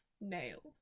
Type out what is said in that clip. nails